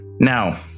now